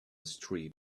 street